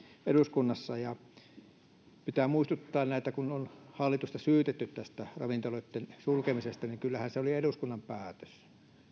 eduskunnassa pitää muistuttaa kun on hallitusta syytetty tästä ravintoloitten sulkemisesta että kyllähän se oli eduskunnan päätös